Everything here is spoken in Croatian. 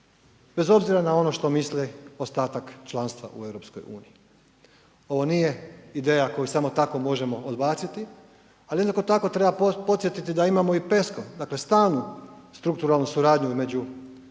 bez obzira na ono što misli ostatak članstva u EU, ovo nije ideja koju samo tako možemo odbaciti, ali jednako tako treba podsjetiti da imamo i PESCO dakle stalnu strukturalnu suradnju između